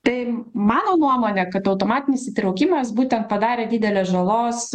tai mano nuomone kad automatinis įtraukimas būtent padarė didelės žalos